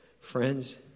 Friends